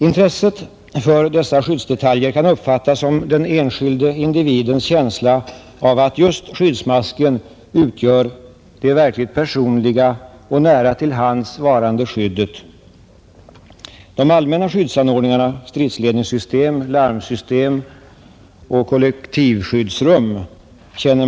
Intresset för dessa skyddsdetaljer kan uppfattas som uttryck för den enskilde individens känsla av att de utgör det verkligt personliga och nära till hands varande skyddet. Att i denna situation behöva tillstå att antalet skyddsmasker och barnskydd understiger 1,8 miljoner enheter är naturligtvis inte förtroendeingivande för vare sig kursdeltagare eller instruktörer.